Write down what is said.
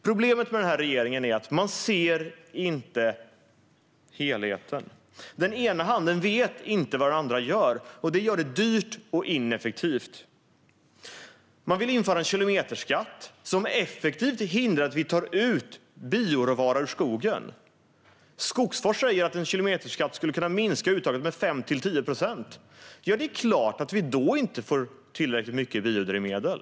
Problemet med regeringen är att den inte ser helheten. Den ena handen vet inte vad den andra gör. Det gör det hela dyrt och ineffektivt. Man vill införa en kilometerskatt, som effektivt hindrar att vi tar ut bioråvara ur skogen. Skogsforskare säger att en kilometerskatt skulle kunna minska uttaget med 5-10 procent. Det är klart att vi då inte får tillräckligt mycket biodrivmedel.